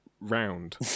round